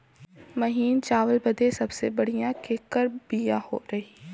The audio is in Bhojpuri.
महीन चावल बदे सबसे बढ़िया केकर बिया रही?